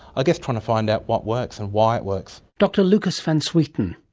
ah guess trying to find out what works and why it works. dr lukas van zwieten.